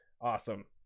awesome